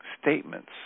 statements